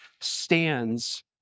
stands